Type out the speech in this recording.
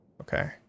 Okay